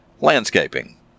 landscaping